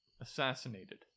Assassinated